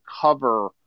cover